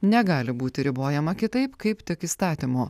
negali būti ribojama kitaip kaip tik įstatymu